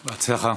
בהצלחה.